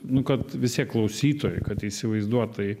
nu kad vis tiek klausytojai kad įsivaizduot tai